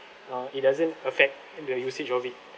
uh it doesn't affect the usage of it